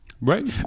Right